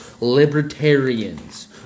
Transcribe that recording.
Libertarians